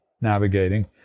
navigating